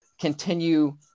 continue